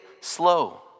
slow